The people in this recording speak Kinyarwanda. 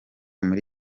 muri